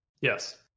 yes